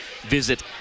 visit